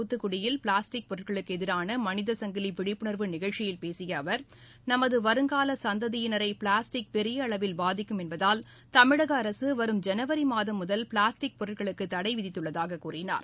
தூத்துக்குடியில் பிளாஸ்டிக் பொருட்களுக்கு எதிரான மனிதசங்கிலி விழிப்புணர்வு நிகழ்ச்சியில் பேசிய அவர் நமது வருங்கால சந்ததியினரை பிளாஸ்டிக் பெரிய அளவில் பாதிக்கும் என்பதால் தமிழக அரசு வரும் ஜனவரி மாதம் முதல் பிளாஸ்டிக் பொருட்களுக்கு தடை விதித்துள்ளாகக் கூறினார்